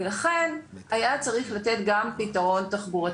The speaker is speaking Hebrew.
ולכן היה צריך לתת גם פתרון תחבורתי.